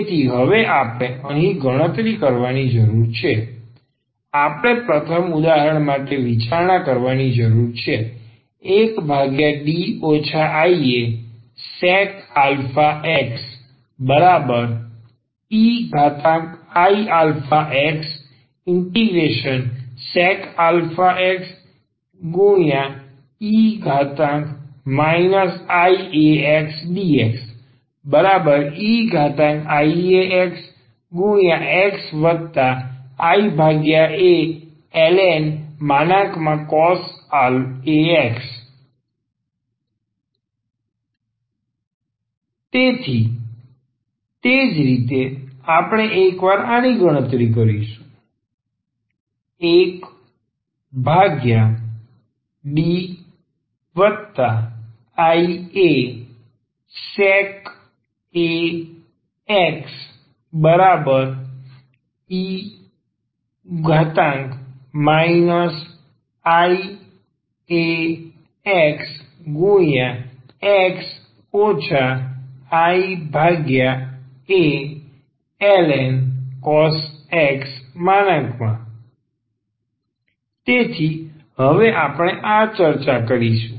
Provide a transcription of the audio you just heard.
તેથી હવે આપણે અહીં ગણતરી કરવાની જરૂર છે આપણે પ્રથમ ઉદાહરણ માટે વિચારણા કરવાની જરૂર છે 1D iasec ax eiaxsec ax e iaxdx eiaxxialn cos ax તેથી તે જ રીતે એકવાર આપણે આની ગણતરી કરીશું 1Diasec ax e iaxx ialn cos ax તેથી તે હવે આપણે આ કરીશું